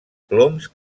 ploms